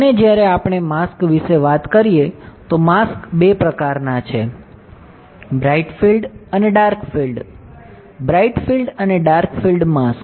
અને જ્યારે આપણે માસ્ક વિશે વાત કરીએ તો માસ્કસ બે પ્રકારનાં છે બ્રાઇટ ફીલ્ડ અને ડાર્ક ફીલ્ડ છે બ્રાઇટ ફીલ્ડ અને ડાર્ક ફીલ્ડ માસ્ક